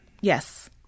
Yes